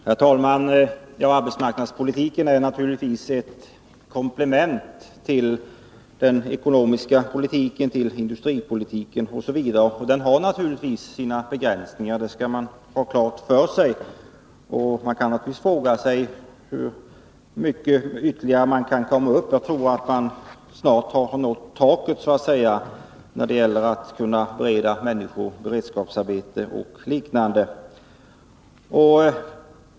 Herr talman! Arbetsmarknadspolitiken är naturligtvis ett komplement till den ekonomiska politiken, till industripolitiken osv., och den har självfallet sina begränsningar. Det skall man ha klart för sig. Man kan naturligtvis fråga sig hur mycket längre man kan nå. Jag tror att man snart så att säga har nått taket när det gäller att kunna erbjuda människor beredskapsarbete och liknande.